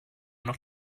noch